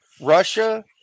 Russia